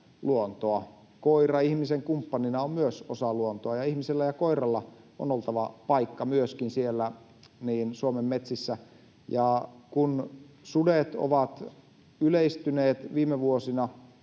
koira ihmisen kumppanina on myös osa luontoa, ja ihmisellä ja koiralla on myöskin oltava paikka Suomen metsissä. Ja kun sudet ovat yleistyneet viime vuosina